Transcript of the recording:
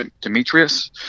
Demetrius